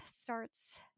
starts